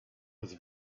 was